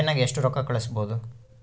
ಆನ್ಲೈನ್ನಾಗ ಎಷ್ಟು ರೊಕ್ಕ ಕಳಿಸ್ಬೋದು